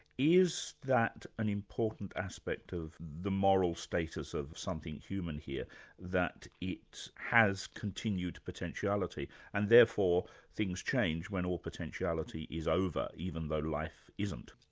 is that an important aspect of the moral status of something human here that it has continued potentiality and therefore things change when all potentiality is over even though life isn't?